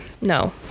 No